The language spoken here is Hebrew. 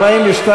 בקריאה שנייה.